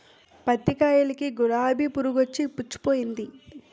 పత్తి కాయలకి గులాబి పురుగొచ్చి పుచ్చిపోయింది